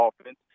offense